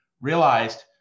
realized